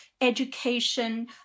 education